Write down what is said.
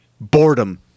boredom